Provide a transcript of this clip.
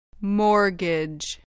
Mortgage